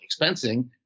expensing